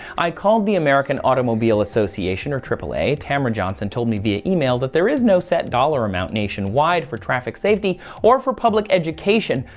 i called the american automobile association or aaa tamar johnson told me via email that there is no set dollar amount nationwide for traffic safety or for public education.